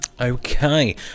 okay